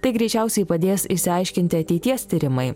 tai greičiausiai padės išsiaiškinti ateities tyrimai